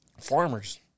Farmers